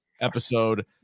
episode